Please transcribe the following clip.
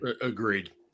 Agreed